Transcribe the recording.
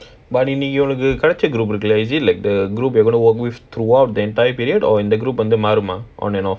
but நீ:nee is it like the group you are gonna work with throughout the entire period or மாறுமா:maarumaa on and off